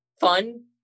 fun